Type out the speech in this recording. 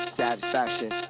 satisfaction